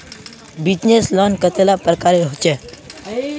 Business loan कतेला प्रकारेर होचे?